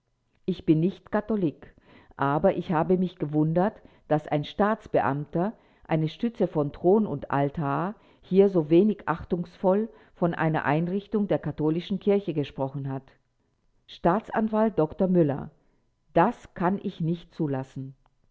ich bin nicht katholik aber ich habe mich gewundert daß ein staatsbeamter eine stütze von thron und altar hier so wenig achtungsvoll von einer einrichtung der katholischen kirche gesprochen hat staatsanwalt dr müller das kann ich nicht zulassen